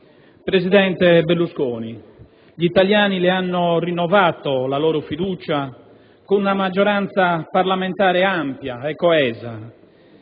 Presidente Berlusconi, gli italiani le hanno rinnovato la loro fiducia con una maggioranza parlamentare ampia e coesa